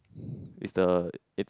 is the it's